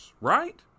right